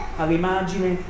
all'immagine